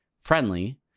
friendly